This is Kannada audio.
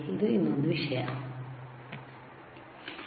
ಇನ್ನೊಂದು ವಿಷಯವಿದೆ